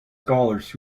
scholars